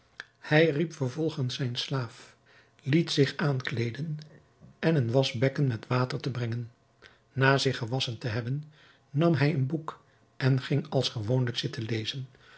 hij riep vervolgens zijn slaaf liet zich aankleeden en een waschbekken met water te brengen na zich gewasschen te hebben nam hij een boek en ging als gewoonlijk zitten lezen